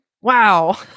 Wow